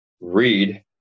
read